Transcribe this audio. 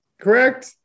Correct